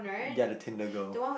ya the Tinder girl